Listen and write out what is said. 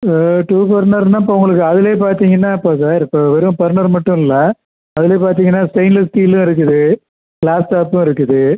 two பர்னர்னால் இப்போ உங்களுக்கு அதில் பார்த்திங்கன்னா இப்போ சார் இப்போ வெறும் பர்னர் மட்டும் இல்லை அதில் பார்த்திங்கன்னா ஸ்டெய்ன்லெஸ் ஸ்டீலும் இருக்குது க்ளாஸ் டாப்பும் இருக்குது